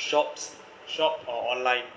shops shop or online